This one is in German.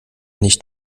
nicht